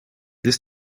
this